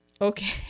Okay